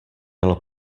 mělo